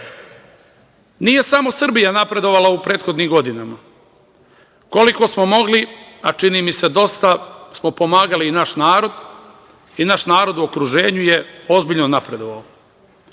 samo Srbija napredovala u prethodnim godinama. Koliko smo mogli, a čini mi se dosta, pomagali smo naš narod i naš narod u okruženju je ozbiljno napredovao. Kao